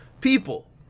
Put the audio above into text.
people